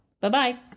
Bye-bye